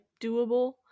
doable